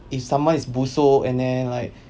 if someone is busuk and then like